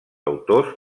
autors